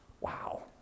Wow